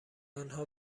آنها